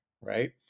right